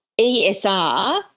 ESR